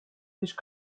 лишь